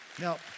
Now